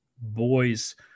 boys